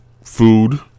food